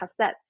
cassettes